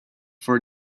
for